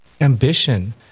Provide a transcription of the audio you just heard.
ambition